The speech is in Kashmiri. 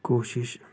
کوٗشش